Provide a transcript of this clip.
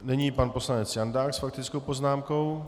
Nyní pan poslanec Jandák s faktickou poznámkou.